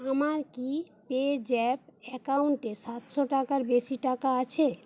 আমার কি পেজ্যাপ অ্যাকাউন্টে সাতশো টাকার বেশি টাকা আছে